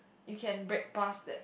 you can break past that